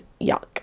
yuck